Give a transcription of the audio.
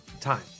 time